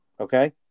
Okay